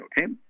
okay